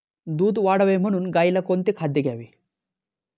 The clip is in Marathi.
दूध वाढावे म्हणून गाईला कोणते खाद्य द्यावे?